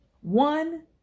One